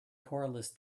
cordless